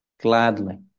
gladly